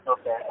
Okay